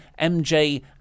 MJ